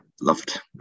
loved